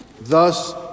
Thus